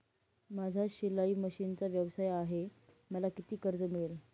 माझा शिलाई मशिनचा व्यवसाय आहे मला किती कर्ज मिळेल?